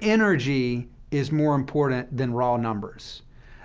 energy is more important than raw numbers